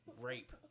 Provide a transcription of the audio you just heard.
rape